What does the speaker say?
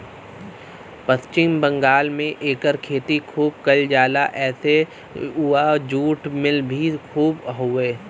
पश्चिम बंगाल में एकर खेती खूब कइल जाला एसे उहाँ जुट मिल भी खूब हउवे